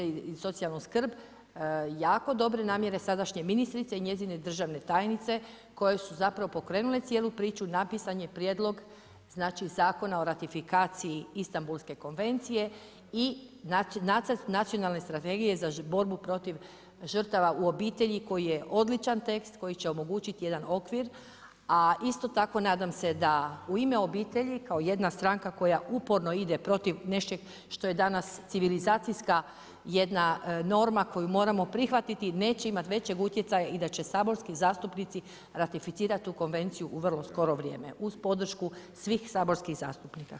Jako dobre namjere sadašnje ministrice i njezine državne tajnice koje su zapravo pokrenule cijelu priču, napisan je prijedlog Zakona o ratifikaciji Istambulske konvencije i nacionalne strategije za borbu protiv žrtava u obitelji koji je odličan tekst koji će omogućiti jedna okvir, a isto tako nadam se da u Ime obitelji kao jedna stranka koja uporno ide protiv nečeg što je danas civilizacijska jedna norma koju moramo prihvatiti, neće imati većeg utjecaja i da će saborski zastupnici ratificirati tu konvenciju u vrlo skoro vrijeme, uz podršku svih saborskih zastupnika.